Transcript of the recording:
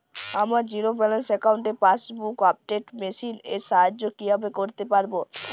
আমার zero balance অ্যাকাউন্টে passbook update machine এর সাহায্যে কীভাবে করতে পারব?